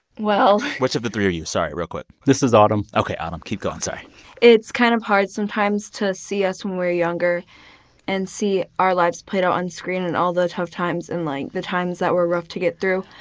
well. which of the three are you? sorry, real quick this is autumn ok, autumn. keep going, sorry it's kind of hard sometimes to see us when we're younger and see our lives put on-screen and all the tough times and, like, the times that were rough to get through.